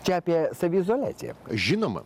čia apie saviizoliaciją žinoma